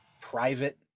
private